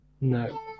No